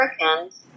Americans